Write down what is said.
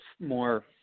more